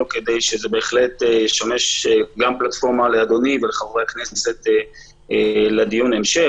כדי שזה ישמש גם פלטפורמה לאדוני ולחברי הכנסת להמשך הדיון.